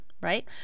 right